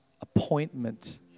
appointment